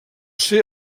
ser